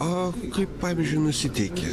o kaip pavyzdžiui nusiteiki